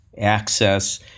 access